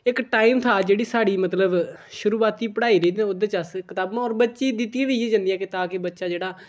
इक टाइम था जेह्ड़ी साढ़ी मतलब शुरुआती पढ़ाई रेह् दी ओह्दे च अस कताबां होर बच्चे गी दित्तियां बी इ'यै जंदियां कि तां के बच्चा जेह्ड़ा